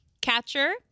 catcher